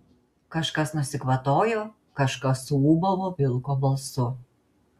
kažkas nusikvatojo kažkas suūbavo vilko balsu